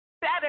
better